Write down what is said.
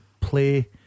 play